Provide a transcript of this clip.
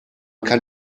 kann